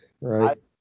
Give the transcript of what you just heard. Right